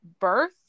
birth